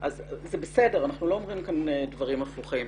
זה בסדר, אנחנו לא אומרים כאן דברים הפוכים.